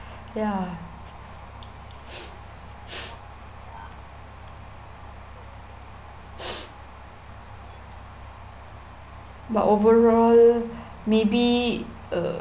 ya but overall maybe uh